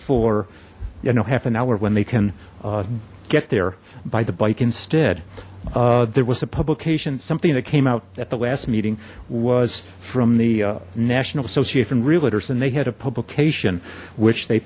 for you know half an hour when they can get there by the bike instead there was a publication something that came out at the last meeting was from the national association rear leaders and they had a publication which they